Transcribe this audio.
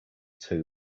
two